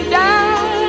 down